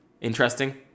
interesting